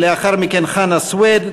לאחר מכן חנא סוייד,